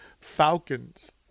Falcons